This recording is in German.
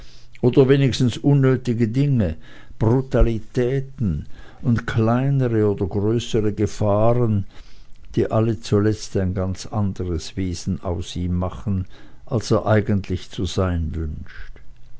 oder wenigstens unnötige dinge brutalitäten und kleinere oder größere gefahren die alle zuletzt ein ganz anderes wesen aus ihm machen als er eigentlich zu sein wünscht